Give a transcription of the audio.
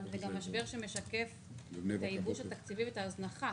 אבל זה גם משבר שמשקף את הייבוש התקציבי ואת ההזנחה.